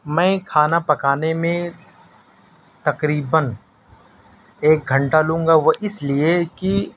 میں كھانا پكانے میں تقریباً ایک گھنٹہ لوں گا وہ اس لیے کہ